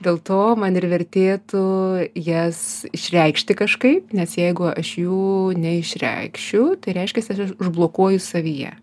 dėl to man ir vertėtų jas išreikšti kažkaip nes jeigu aš jų neišreikšiu tai reiškiasi aš užblokuoju savyje